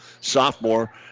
sophomore